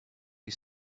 you